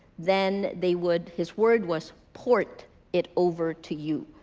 then they would, his word was, port it over to you.